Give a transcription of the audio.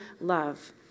love